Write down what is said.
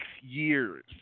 years